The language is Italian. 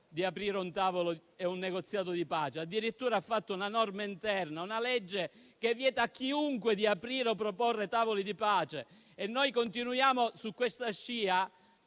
di aprire un tavolo e un negoziato di pace; addirittura ha fatto una norma interna, una legge che vieta a chiunque di aprire o proporre tavoli di pace. E noi continuiamo su questa scia?